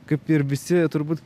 kaip ir visi turbūt